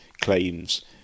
claims